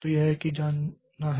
तो यह किया जाना है